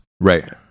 Right